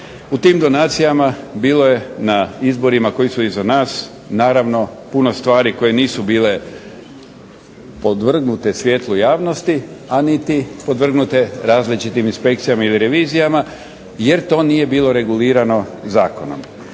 U tim donacijama bilo je na izborima koji su iza nas naravno puno stvari koje nisu bile podvrgnute svijetlu javnosti, a niti podvrgnute različitim inspekcijama ili revizijama, jer to nije bilo regulirano zakonom.